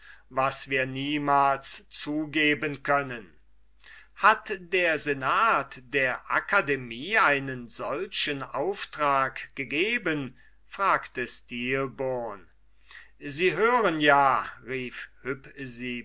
was wir niemals zugeben können hat der senat der akademie einen solchen auftrag getan fragte stilbon sie hören ja rief